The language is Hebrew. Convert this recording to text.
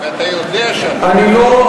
ואתה יודע שאתה מטעה,